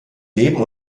leben